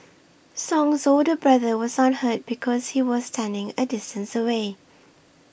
song's older brother was unhurt because he was standing a distance away